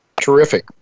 Terrific